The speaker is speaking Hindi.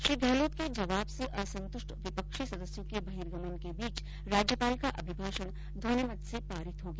श्री गहलोत के जवाब से असंतुष्ट विपक्षी सदस्यों के बहिर्गमन के बीच राज्यपाल का अभिभाषण ध्वनिमत से पारित हो गया